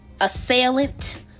assailant